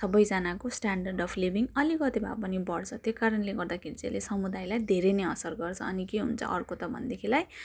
सबजनाको standard of living अलिकति भए पनि बढ्छ त्यो कारणले गर्दाखेरि चाहिँ अहिले समुदायलाई धेरै नै असर गर्छ अनि के हुन्छ अर्को त भनेदेखिलाई